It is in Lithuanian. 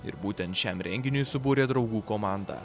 ir būtent šiam renginiui subūrė draugų komandą